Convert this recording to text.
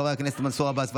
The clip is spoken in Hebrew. חברי הכנסת מנסור עבאס,